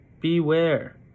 Beware